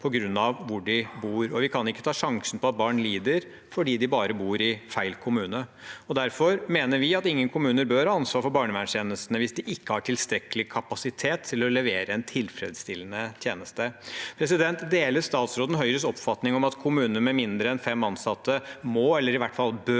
på grunn av hvor de bor. Vi kan ikke ta sjansen på at barn lider bare fordi de bor i feil kommune. Derfor mener vi at ingen kommuner bør ha ansvaret for barnevernstjenestene hvis de ikke har tilstrekkelig kapasitet til å levere en tilfredsstillende tjeneste. Deler statsråden Høyres oppfatning om at kommuner med mindre enn fem ansatte må – eller i hvert fall bør